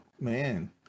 man